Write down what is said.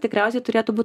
tikriausiai turėtų būt